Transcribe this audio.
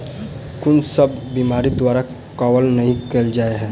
कुन सब बीमारि द्वारा कवर नहि केल जाय है?